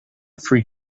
free